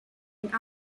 and